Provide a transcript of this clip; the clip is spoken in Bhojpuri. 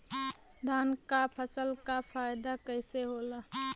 धान क फसल क फायदा कईसे होला?